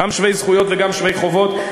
גם שווי זכויות וגם שווי חובות.